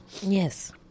Yes